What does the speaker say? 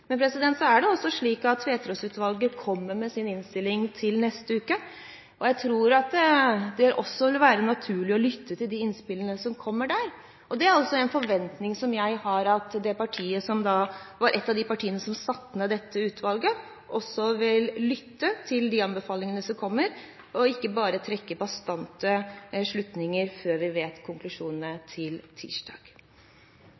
Men så er det slik at Tveterås-utvalget kommer med sin innstilling neste uke. Jeg tror det vil være naturlig å ta hensyn til de innspillene som kommer der. Jeg har også en forventning om at et av de partiene som satte ned dette utvalget, vil ta hensyn til de anbefalingene som kommer, og ikke bare trekke bastante slutninger før vi tirsdag vet konklusjonene.